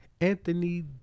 Anthony